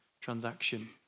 transaction